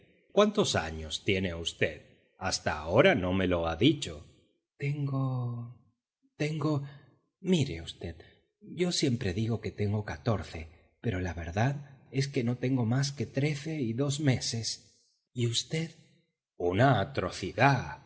cuántos años tiene v hasta ahora no me lo ha dicho tengo tengo mire v yo siempre digo que tengo catorce pero la verdad es que no tengo más que trece y dos meses y v una atrocidad